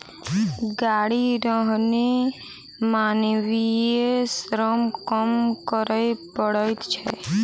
गाड़ी रहने मानवीय श्रम कम करय पड़ैत छै